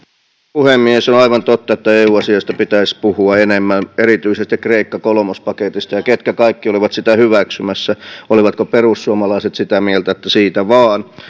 puhemies on aivan totta että eu asioista pitäisi puhua enemmän erityisesti kreikka kolmospaketista ja siitä ketkä kaikki olivat sitä hyväksymässä olivatko perussuomalaiset sitä mieltä että siitä vain